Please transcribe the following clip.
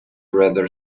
rather